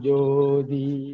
Jodi